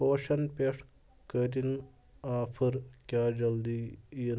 پوشن پٮ۪ٹھ کر یِن آفر ؟ کیٛاہ جلدٕی یِنہٕ